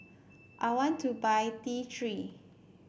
I want to buy T Three